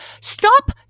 Stop